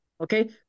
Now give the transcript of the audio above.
okay